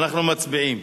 אנחנו מצביעים